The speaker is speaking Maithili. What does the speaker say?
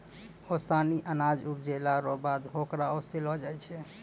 ओसानी अनाज उपजैला रो बाद होकरा ओसैलो जाय छै